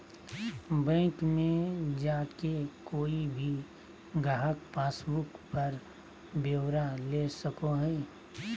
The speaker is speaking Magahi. बैंक मे जाके कोय भी गाहक पासबुक पर ब्यौरा ले सको हय